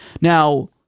now